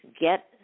get